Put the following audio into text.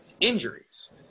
injuries